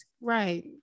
right